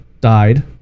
died